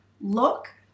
look